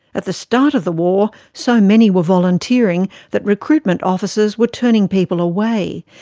at the start of the war, so many were volunteering that recruitment officers were turning people away,